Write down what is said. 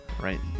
right